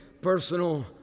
personal